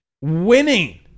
Winning